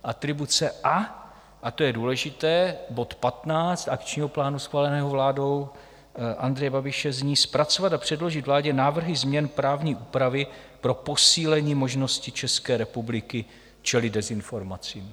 A a to je důležité bod 15 akčního plánu schváleného vládou Andreje Babiše zní: Zpracovat a předložit vládě návrhy změn právní úpravy pro posílení možnosti České republiky čelit dezinformacím.